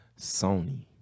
Sony